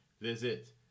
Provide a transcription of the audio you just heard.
Visit